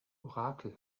orakel